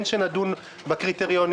כן שנדון בקריטריונים,